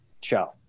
show